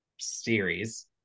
series